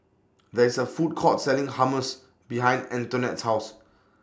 There IS A Food Court Selling Hummus behind Antonette's House